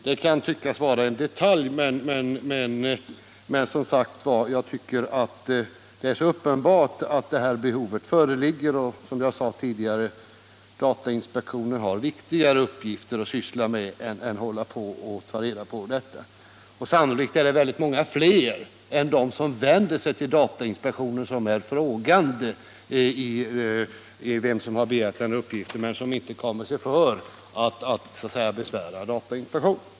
Det kan tyckas vara en detalj, men som sagt var anser jag att det är så uppenbart att det här behovet föreligger och att datainspektionen har viktigare uppgifter att syssla med än att ta reda på vem som begär kreditupplysning vid olika tillfällen. Sannolikt är det många fler än de som vänder sig till datainspektionen som är frågande angående vem som begärt uppgiften men som inte kommer sig för med att besvära datainspektionen.